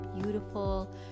beautiful